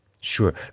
Sure